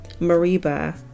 Mariba